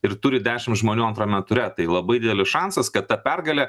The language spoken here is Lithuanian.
ir turi dešimt žmonių antrame ture tai labai didelis šansas kad ta pergalė